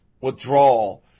withdrawal